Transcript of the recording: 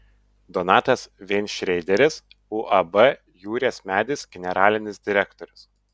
donatas veinšreideris uab jūrės medis generalinis direktorius